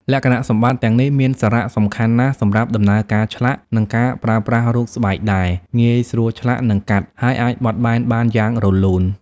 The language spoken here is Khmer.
លក្ខណៈសម្បត្តិទាំងនេះមានសារៈសំខាន់ណាស់សម្រាប់ដំណើរការឆ្លាក់ និងការប្រើប្រាស់រូបស្បែកដែល ងាយស្រួលឆ្លាក់ និងកាត់ ហើយអាចបត់បែនបានយ៉ាងរលូន។